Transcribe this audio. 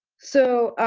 so,